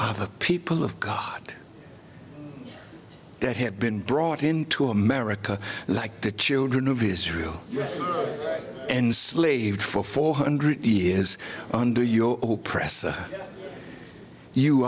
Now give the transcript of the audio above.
you the people of god that have been brought into america like the children of israel enslaved for four hundred years under your oppressor you